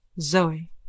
Zoe